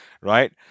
right